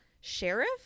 sheriff